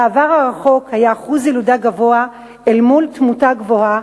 בעבר הרחוק היה אחוז ילודה גבוה אל מול תמותה גבוהה,